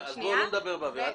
בואי לא נדבר באוויר.